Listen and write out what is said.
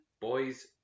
Boys